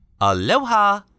Aloha